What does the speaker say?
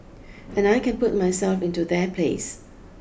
and I can put myself into their place